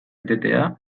etetea